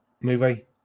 movie